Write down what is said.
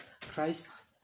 Christ